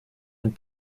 and